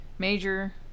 major